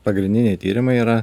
pagrindiniai tyrimai yra